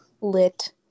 Lit